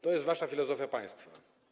To jest wasza filozofia państwa.